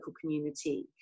community